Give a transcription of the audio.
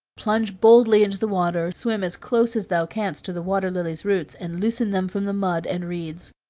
plunge boldly into the water, swim as close as thou canst to the water-lily's roots, and loosen them from the mud and reeds.